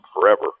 forever